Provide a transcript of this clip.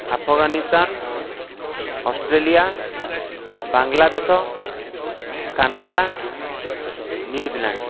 Afghanistan Australia Bangladesh Canada New Zealand